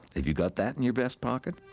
have you got that in your vest pocket?